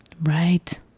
Right